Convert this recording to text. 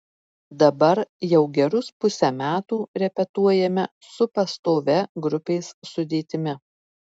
dabar jau gerus pusę metų repetuojame su pastovia grupės sudėtimi